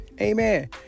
amen